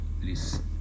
please